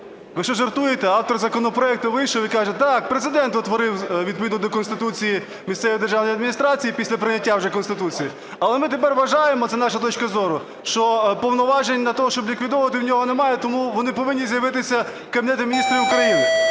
Ви що жартуєте!? Автор законопроекту вийшов і каже: так, Президент утворив відповідно до Конституції місцеві державні адміністрації після прийняття вже Конституції, але ми тепер вважаємо, це наша точка зору, що повноважень для того, щоб ліквідовувати, у нього немає, тому вони повинні з'явитися у Кабінету Міністрів України.